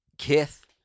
Kith